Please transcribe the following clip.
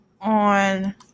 on